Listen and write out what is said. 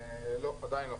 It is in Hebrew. עדיין לא.